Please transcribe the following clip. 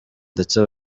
ndetse